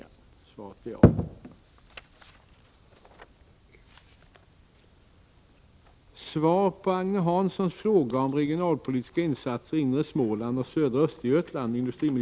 Detta blev riksdagens beslut. På vilket sätt har regeringen beaktat de problem och förslag beträffande inre Småland och södra Östergötland som tas upp i motionen?